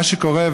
מה שקורה,